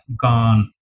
gone